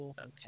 Okay